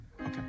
Okay